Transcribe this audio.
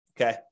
Okay